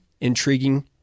intriguing